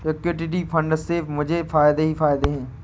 equity fund से मुझे फ़ायदे ही फ़ायदे हुए हैं